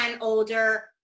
older